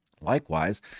Likewise